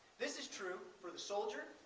this is true for the soldier,